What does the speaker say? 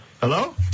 Hello